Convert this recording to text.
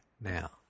now